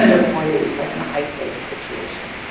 like in a high-stakes situation.